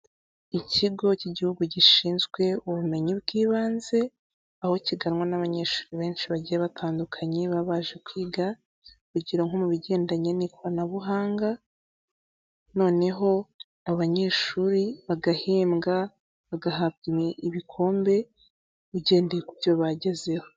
Ikigo cy'igihugu gishinzwe ubumenyi bw'ibanze, aho kiganwa n'abanyeshuri benshi bagiye batandukanye baba baje kwiga, urugero nko mu bigendanye n'ikoranabuhanga, noneho abanyeshuri bagahembwa, bagahabwa ibikombe, bigendeye ku byo bagezeho.